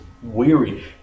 weary